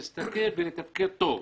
להסתכל ולתפקד טוב.